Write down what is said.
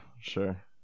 Sure